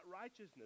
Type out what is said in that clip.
righteousness